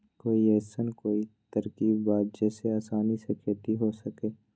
कोई अइसन कोई तरकीब बा जेसे आसानी से खेती हो सके?